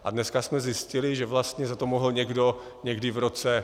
A dneska jsme zjistili, že vlastně za to mohl někdo někdy v roce 2010.